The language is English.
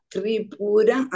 Tripura